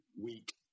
weak